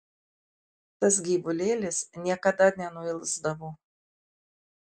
tas gyvulėlis niekada nenuilsdavo